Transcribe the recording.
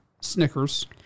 Snickers